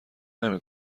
نمی